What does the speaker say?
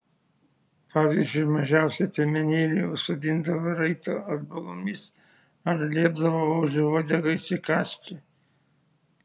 pavyzdžiui mažiausią piemenėlį užsodindavo raitą atbulomis ar liepdavo ožio uodegą įsikąsti